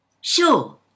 Sure